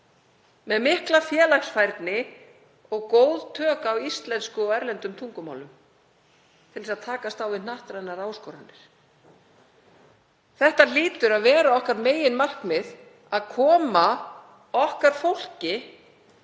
með mikla félagsfærni og góð tök á íslensku og erlendum tungumálum til þess að takast á við hnattrænar áskoranir. Þetta hlýtur að vera meginmarkmið okkar, að koma okkar fólki,